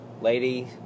Lady